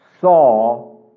saw